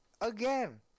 again